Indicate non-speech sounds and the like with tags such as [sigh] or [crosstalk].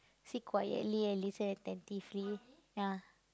sit quietly and listen attentively [noise] ah